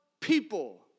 people